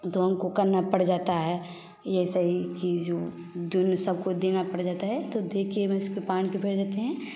तो हम को करना पड़ जाता है ऐसे ही चीज़ों दुनु सब को देना पड़ जाता है तो दे कर मैं इसको पानी के ऊपर देते हैं